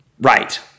Right